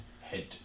head